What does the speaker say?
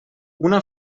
una